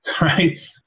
right